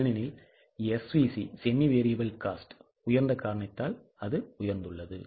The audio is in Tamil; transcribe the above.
ஏனெனில் SVC உயர்ந்த காரணத்தினால் அது உயர்ந்துள்ளது